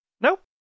Nope